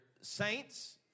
saints